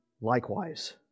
likewise